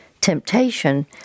temptation